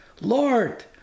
Lord